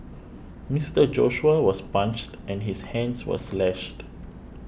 Mister Joshua was punched and his hands were slashed